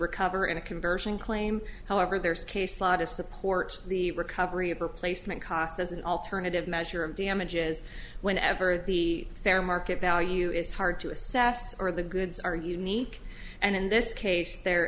recover in a conversion claim however there's case law to support the recovery of replacement cost as an alternative measure of damages whenever the fair market value is hard to assess or the goods are unique and in this case there